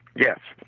yes.